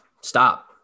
stop